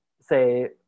say